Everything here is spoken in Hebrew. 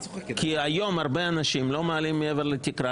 כי היום הרבה אנשים לא מעלים מעבר לתקרה,